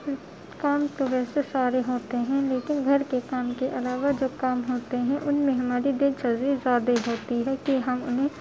کام تو ویسے سارے ہوتے ہیں لیکن گھر کے کام کے علاوہ جو کام ہوتے ہیں ان میں ہماری دلچسپی زیادہ ہی ہوتی ہے کہ ہم انہیں